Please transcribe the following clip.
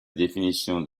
définition